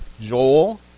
Joel